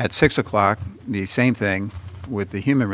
at six o'clock the same thing with the human